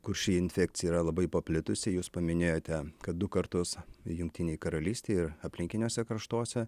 kur ši infekcija yra labai paplitusi jūs paminėjote kad du kartus jungtinėj karalystėj ir aplinkiniuose kraštuose